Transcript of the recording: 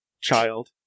child